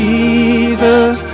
Jesus